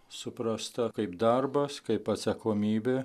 suprasta kaip darbas kaip atsakomybė